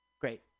Great